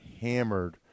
hammered